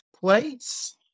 place